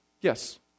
Yes